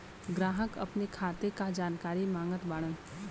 ग्राहक अपने खाते का जानकारी मागत बाणन?